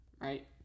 right